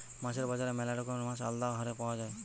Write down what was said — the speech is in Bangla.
মাছের বাজারে ম্যালা রকমের মাছ আলদা হারে পাওয়া যায়